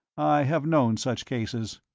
i have known such cases.